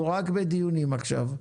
הוא רק בדיונים עכשיו.